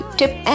tip